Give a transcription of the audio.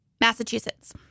Massachusetts